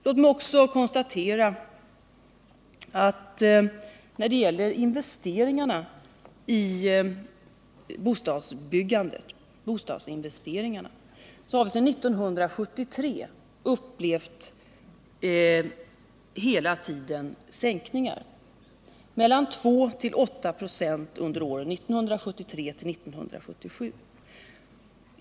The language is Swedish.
Låt mig också konstatera att när det gäller bostadsinvesteringarna så har vi sedan 1973 hela tiden upplevt sänkningar — mellan 2 och 8 96 under åren 1973-1977.